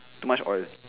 too much oil